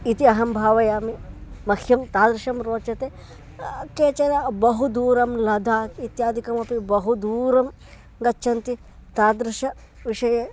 इति अहं भावयामि मह्यं तादृशं रोचते केचन बहुदूरं लदाक् इत्यादिकम् अपि बहुदूरं गच्छन्ति तादृशविषये